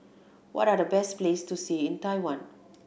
what are the best place to see in Taiwan